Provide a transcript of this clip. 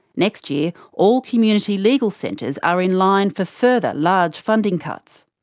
next year, all community legal centres are in line for further large funding cuts.